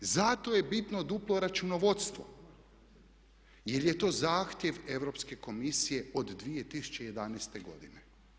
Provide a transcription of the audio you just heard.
Zato je bitno duplo računovodstvo jer je to zahtjev Europske komisije od 2011. godine.